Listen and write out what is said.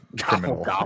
criminal